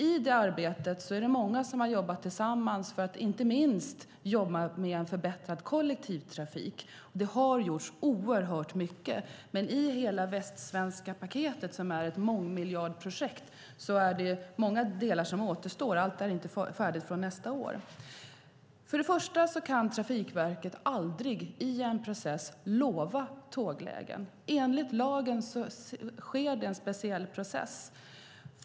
I det arbetet är det många som har jobbat tillsammans, inte minst för en förbättrad kollektivtrafik. Det har gjorts oerhört mycket. Men i hela Västsvenska paketet, som är ett mångmiljardprojekt, är det många delar som återstår - allt är inte färdigt från nästa år. Trafikverket kan aldrig i en process lova tåglägen. Enligt lagen sker det en speciell process.